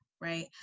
right